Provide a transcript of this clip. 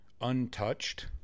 untouched